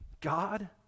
God